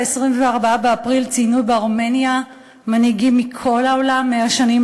ב-24 באפריל ציינו בארמניה מנהיגים מכל העולם 100 שנים